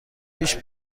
پیش